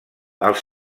els